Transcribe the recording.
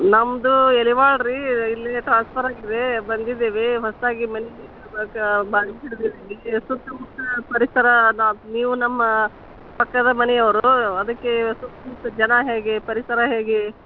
ನಮ್ಮದು ಎಲಿವಾಳ ರೀ ಇಲ್ಲಿಗೆ ಟ್ರಾನ್ಸ್ಫರ್ ಆಗಿದೆ ಬಂದಿದ್ದೇವೆ ಹೊಸದಾಗಿ ಮನೆ ಬಾಡಿಗೆ ಹಿಡ್ದಿದ್ದೀವಿ ಸುತ್ತಮುತ್ತ ಪರಿಸರ ನೀವು ನಮ್ಮ ಪಕ್ಕದ ಮನೆಯವರು ಅದಕ್ಕೆ ಸುತ್ತಮುತ್ತ ಜನ ಹೇಗೆ ಪರಿಸರ ಹೇಗೆ